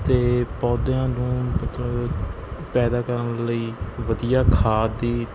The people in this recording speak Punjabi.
ਅਤੇ ਪੌਦਿਆਂ ਨੂੰ ਮਤਲਬ ਪੈਦਾ ਕਰਨ ਲਈ ਵਧੀਆ ਖਾਦ ਦੀ